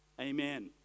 amen